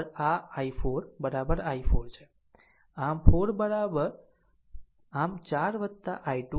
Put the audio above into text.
આમ i3 આ i4 i4 છે